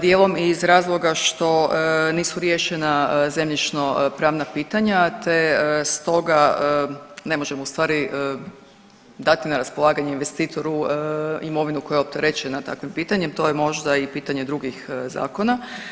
Dijelom i iz razloga što nisu riješena zemljišno pravna pitanja te stoga ne možemo u stvari dati na raspolaganje investitoru imovinu koja je opterećena takvim pitanjem, to je možda i pitanje drugih zakona.